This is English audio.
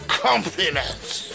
compliments